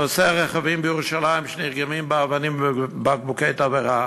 נוסעי רכבים בירושלים נרגמים באבנים ובבקבוקי תבערה.